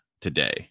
today